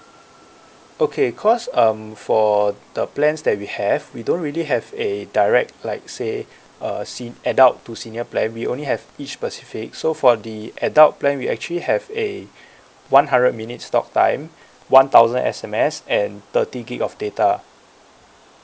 okay cause um for the plans that we have we don't really have a direct like say a sen~ adult to senior plan we only have each specific so for the adult plan we actually have a one hundred minutes talk time one thousand S_M_S and thirty gig of data